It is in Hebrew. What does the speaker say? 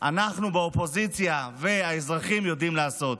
אנחנו באופוזיציה והאזרחים יודעים לעשות.